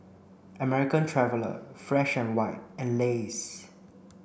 American Traveller Fresh and White and Lays